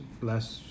Last